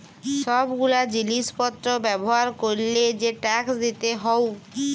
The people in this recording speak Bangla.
সব গুলা জিলিস পত্র ব্যবহার ক্যরলে যে ট্যাক্স দিতে হউ